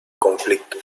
conflicto